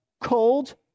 Cold